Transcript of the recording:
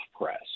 press